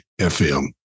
FM